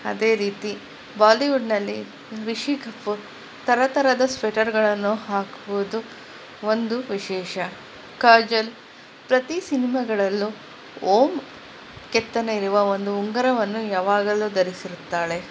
ಅದೇ ರೀತಿ ಬಾಲಿವುಡ್ನಲ್ಲಿ ರಿಷಿ ಕಪೂರ್ ಥರ ಥರದ ಸ್ವೆಟರ್ಗಳನ್ನು ಹಾಕುವುದು ಒಂದು ವಿಶೇಷ ಕಾಜಲ್ ಪ್ರತಿ ಸಿನಿಮಾಗಳಲ್ಲೂ ಓಂ ಕೆತ್ತನೆಯಿರುವ ಒಂದು ಉಂಗುರವನ್ನು ಯಾವಾಗಲೂ ಧರಿಸಿರುತ್ತಾಳೆ